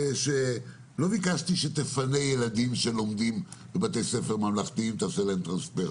לא ביקשתי שתפנה ילדים שלומדים בבתי ספר ממלכתיים ותעשה להם טרנספר.